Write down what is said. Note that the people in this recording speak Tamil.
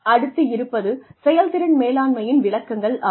அடுத்து இருப்பது செயல்திறன் மேலாண்மையின் விளக்கங்கள் ஆகும்